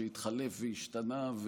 שהתחלף והשתנה,